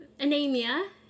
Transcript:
Anemia